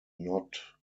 not